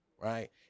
right